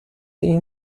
این